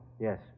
yes